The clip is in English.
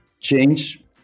change